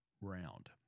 round